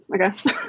okay